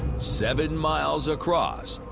seven miles across.